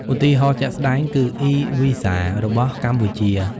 ឧទាហរណ៍ជាក់ស្តែងគឺ (eVisa) របស់កម្ពុជា។